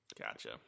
Gotcha